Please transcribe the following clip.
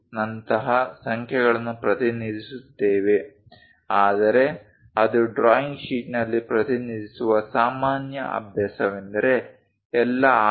25 ನಂತಹ ಸಂಖ್ಯೆಗಳನ್ನು ಪ್ರತಿನಿಧಿಸುತ್ತೇವೆ ಆದರೆ ಅದು ಡ್ರಾಯಿಂಗ್ ಶೀಟ್ನಲ್ಲಿ ಪ್ರತಿನಿಧಿಸುವ ಸಾಮಾನ್ಯ ಅಭ್ಯಾಸವೆಂದರೆ ಎಲ್ಲಾ ಆಯಾಮಗಳು ಮಿ